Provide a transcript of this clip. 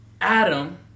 Adam